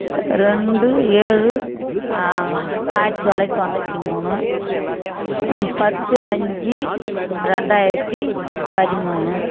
ரெண்டு ஏழு ஆயிரத்தி தொள்ளாயரத்தி தொண்ணூத்தி மூணு பத்து அஞ்சி ரெண்டாயிரத்தி பதிமூணு